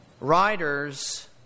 riders